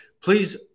please